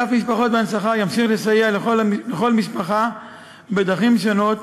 אגף משפחות והנצחה ימשיך לסייע לכל משפחה בדרכים שונות